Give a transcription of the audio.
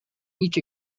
each